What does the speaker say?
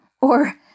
or